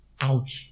out